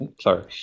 sorry